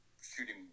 shooting